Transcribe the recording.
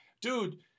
Dude